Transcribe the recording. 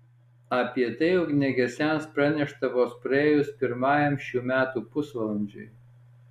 apie tai ugniagesiams pranešta vos praėjus pirmajam šių metų pusvalandžiui